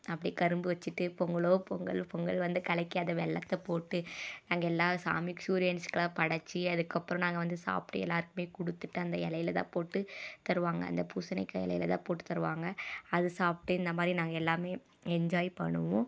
அப்படியே கரும்பு வச்சிட்டு பொங்கலோ பொங்கல் பொங்கல் வந்து கலக்கி அதை வெல்லத்தை போட்டு நாங்க எல்லாம் அதை சாமிக் சூரியன்ஸ்க்குலாம் படைச்சி அதுக்கப்பறம் நாங்க வந்து சாப்பிட்டு எல்லாருக்குமே கொடுத்துட்டு அந்த இலையிலதான் போட்டு தருவாங்கள் அந்தப் பூசணிக்காய் இலையில தான் போட்டுத் தருவாங்கள் அது சாப்பிட்டு இந்தமாதிரி நாங்கள் எல்லாமே என்ஜாய் பண்ணுவோம்